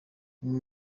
umwe